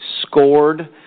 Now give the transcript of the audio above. scored